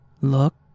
Look